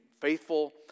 faithful